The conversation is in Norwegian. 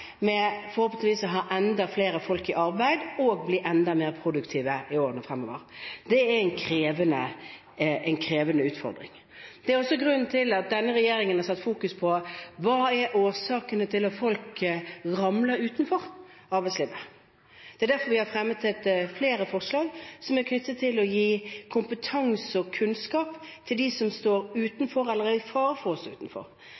forhåpentligvis å ha enda flere folk i arbeid og å bli enda mer produktiv i årene som kommer. Det er en krevende utfordring. Det er også grunnen til at denne regjeringen har satt fokus på hva som er årsakene til at folk ramler utenfor arbeidslivet. Det er derfor vi har fremmet flere forslag som er knyttet til å gi kompetanse og kunnskap til dem som står utenfor eller i fare for å stå utenfor.